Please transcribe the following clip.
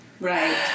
Right